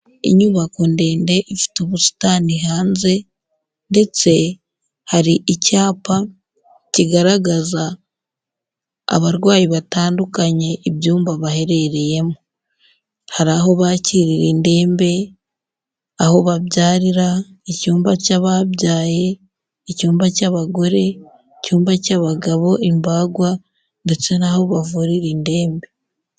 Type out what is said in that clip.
Inyubako ndende, ifite ubusitani hanze ndetse hari icyapa kigaragaza abarwayi batandukanye, ibyumba baherereyemo. Hari aho bakirira indembe, aho babyarira, icyumba cy'ababyaye, icyumba cy'abagore, icyumba cy'abagabo, imbagwa ndetse n'aho bavurira indembe.